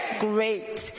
great